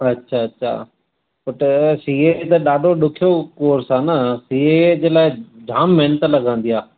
अछा अछा पुट सी ए त ॾाढो ॾुखियो कोर्स आहे न सी ए जे लाइ जामु महिनत लॻंदी आहे